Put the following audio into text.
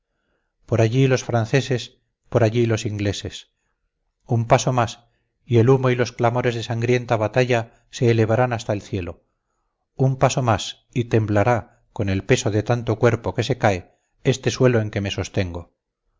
por allí los franceses por allí los ingleses un paso más y el humo y los clamores de sangrienta batalla se elevarán hasta el cielo un paso más y temblará con el peso de tanto cuerpo que cae este suelo en que me sostengo